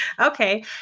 Okay